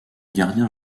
gardien